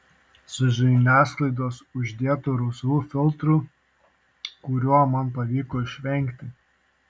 su žiniasklaidos uždėtu rausvu filtru kurio man pavyko išvengti